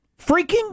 Freaking